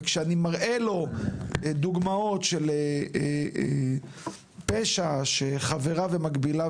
וכשאני מראה לו דוגמאות של פשע שחבריו ומקבליו